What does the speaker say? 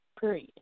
period